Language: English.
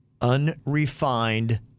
Unrefined